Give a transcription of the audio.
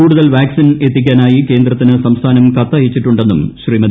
കൂടുതൽ വാക്സിൻ എത്തിക്കാനായി കേന്ദ്രത്തിന് സംസ്ഥാനം കത്തയച്ചിട്ടുണ്ടെന്നും ശ്രീമതി